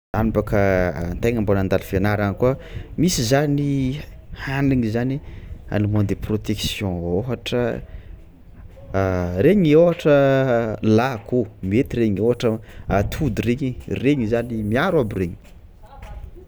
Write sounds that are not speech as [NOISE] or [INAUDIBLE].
Any baka an-tegna mbô nandalo fianarana koa misy izany hanigny zany aliment de protection ôhatra [HESITATION] regny ôhatra lako mety regny, ôhatra atody reky, regny zany miaro aby regny. [NOISE]